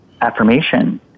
affirmation